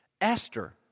Esther